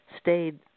stayed